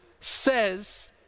says